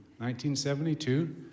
1972